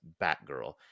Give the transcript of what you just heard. Batgirl